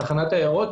תחנת עיירות.